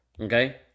Okay